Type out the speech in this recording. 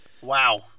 Wow